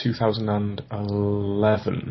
2011